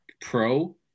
pro